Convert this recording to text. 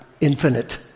infinite